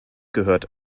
gehört